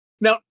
Now